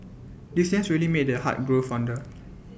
distance really made the heart grow fonder